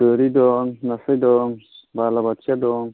गोरि दं नास्राय दं बालाबाथिया दं